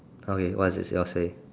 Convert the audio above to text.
okay what's your sell say